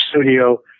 studio